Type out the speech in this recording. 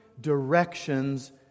directions